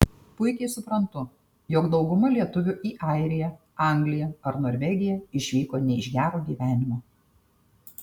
puikiai suprantu jog dauguma lietuvių į airiją angliją ar norvegiją išvyko ne iš gero gyvenimo